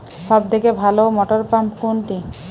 সবথেকে ভালো মটরপাম্প কোনটি?